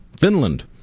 Finland